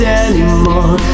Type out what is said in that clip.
anymore